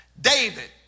David